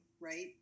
right